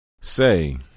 Say